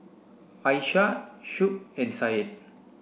Aishah Shuib and Syed